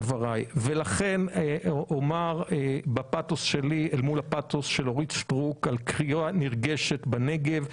לכן אומר בפאתוס שלי אל מול הפאתוס של אורית סטרוק על פנייה נרגשת בנגב.